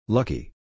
Lucky